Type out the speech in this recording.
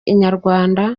inyarwanda